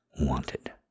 wanted